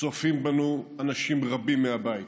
צופים בנו אנשים רבים מהבית.